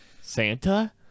Santa